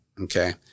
okay